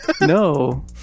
No